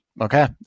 okay